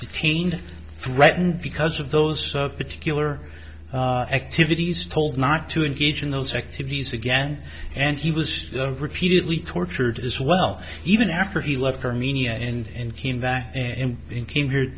chained threatened because of those particular activities told not to engage in those activities again and he was repeatedly tortured as well even after he left her media and came back and then came here